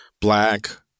Black